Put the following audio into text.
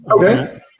Okay